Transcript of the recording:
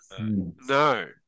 No